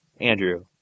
Andrew